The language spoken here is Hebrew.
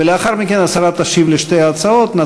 ולאחר מכן השרה תשיב לשתי ההצעות.